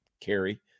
carry